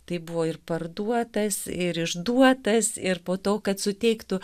tai buvo ir parduotas ir išduotas ir po to kad suteiktų